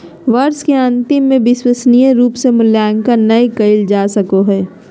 वर्ष के अन्तिम में विश्वसनीय रूप से मूल्यांकन नैय कइल जा सको हइ